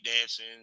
dancing